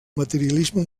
materialisme